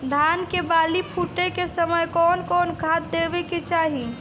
धान के बाली फुटे के समय कउन कउन खाद देवे के चाही?